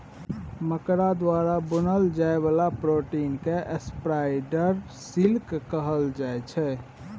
मकरा द्वारा बुनल जाइ बला प्रोटीन केँ स्पाइडर सिल्क कहल जाइ छै